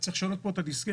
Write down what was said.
צריך לשנות פה את הדיסקט.